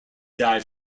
died